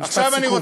משפט סיכום.